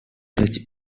church